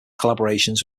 collaborations